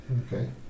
Okay